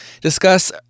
discuss